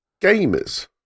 gamers